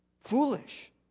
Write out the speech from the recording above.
Foolish